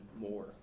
more